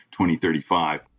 2035